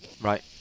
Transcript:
right